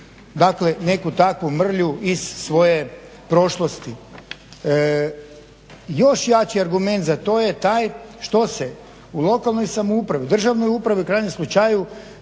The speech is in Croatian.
dakle neku takvu mrlju iz svoje prošlosti. Još jači argument za to je taj što se u lokalnoj samoupravi, državnoj upravi u krajnjem slučaju